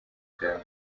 bwawe